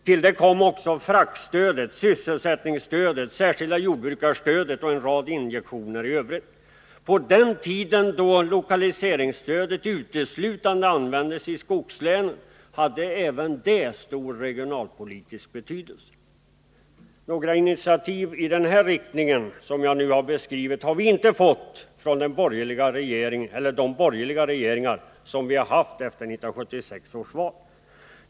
Till det kom också fraktstödet, sysselsättningsstödet, det särskilda jordbruksstödet och en rad injektioner i övrigt. På den tiden då lokaliseringsstödet uteslutande användes i skogslänen hade även det stor regionalpolitisk betydelse. Några initiativ i den riktning som jag nu har beskrivit har vi inte fått från de borgerliga regeringar som vi har haft efter 1976 års val.